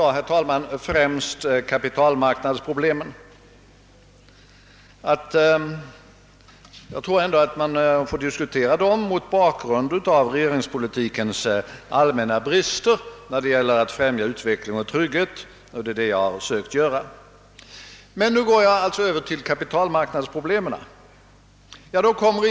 Det är omöjligt för mig att i dag närmare ta upp detta problems alla olika aspekter.